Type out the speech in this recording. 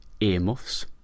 earmuffs